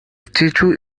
statue